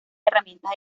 herramientas